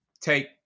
take